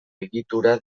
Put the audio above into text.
egitura